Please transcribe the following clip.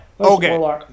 Okay